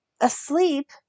asleep